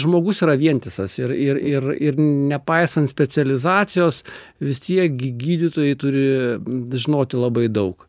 žmogus yra vientisas ir ir ir ir nepaisant specializacijos vis tiek gy gydytojai turi žinoti labai daug